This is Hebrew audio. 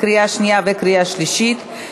קריאה שנייה וקריאה שלישית.